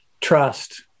trust